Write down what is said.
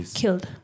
killed